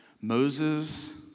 Moses